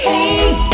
Hey